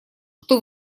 кто